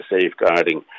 safeguarding